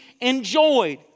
enjoyed